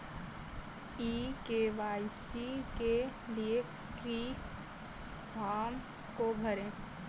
ई KYC के लिए किस फ्रॉम को भरें?